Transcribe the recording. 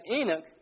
Enoch